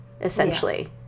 essentially